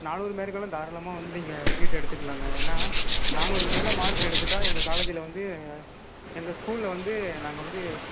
நானூறு மார்க்கெல்லாம் தாராளமாக வந்து நீங்கள் சீட்டு எடுத்துக்கலாங்க ஏன்னா நானூறுக்கு மேலே மார்க் எடுத்துவிட்டா எங்கள் காலேஜில் வந்து எங்கள் ஸ்கூலில் வந்து நாங்கள் வந்து